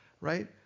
right